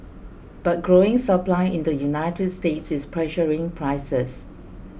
but growing supply in the United States is pressuring prices